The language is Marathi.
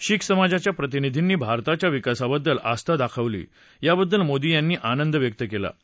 शीख समाजाच्या प्रतिनिधींनी भारताच्या विकासाबद्दल आस्था दाखवली याबद्दल मोदी यांनी आनंद व्यक्त केला आहे